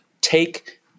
take